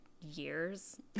years